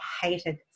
hated